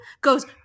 goes